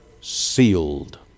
sealed